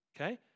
okay